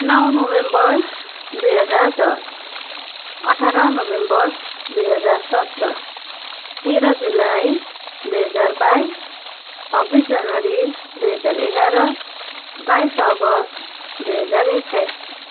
नौ नोभेम्बर दुई हजार दस अठार नोभेम्बर दुई हजार सत्र तेह्र जुलाई दुई हजार बाइस छब्बिस जनवरी दुई हजार एघार बाइस अगस्त दुई हजार एक्काइस